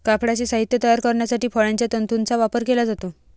कापडाचे साहित्य तयार करण्यासाठी फळांच्या तंतूंचा वापर केला जातो